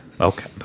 Okay